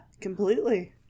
completely